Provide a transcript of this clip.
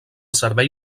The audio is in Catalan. servei